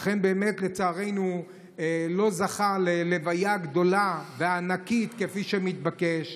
לצערנו הוא לא זכה ללוויה גדולה וענקית כפי שמתבקש,